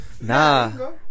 Nah